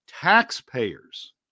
taxpayers